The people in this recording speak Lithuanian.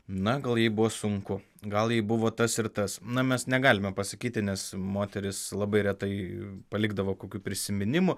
na gal jai buvo sunku gal jai buvo tas ir tas na mes negalime pasakyti nes moterys labai retai palikdavo kokių prisiminimų